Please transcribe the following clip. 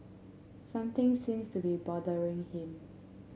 something seems to be bothering him